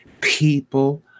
People